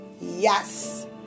Yes